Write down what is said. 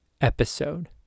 episode